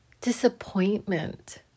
disappointment